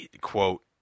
quote